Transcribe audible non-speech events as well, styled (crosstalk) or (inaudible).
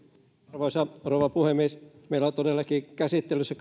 arvoisa rouva puhemies meillä on todellakin käsittelyssä (unintelligible)